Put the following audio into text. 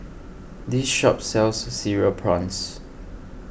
this shop sells Cereal Prawns